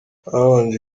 habanje